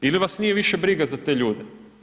Ili vas nije više briga za te ljude?